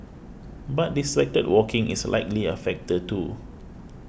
but distracted walking is likely a factor too